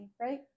right